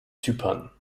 zypern